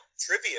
trivia